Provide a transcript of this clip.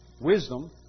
wisdom